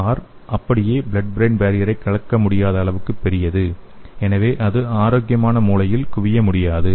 R அப்படியே blood brain பேரியரை கடக்க முடியாத அளவுக்கு பெரியது எனவே இது ஆரோக்கியமான மூளையில் குவிய முடியாது